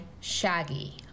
shaggy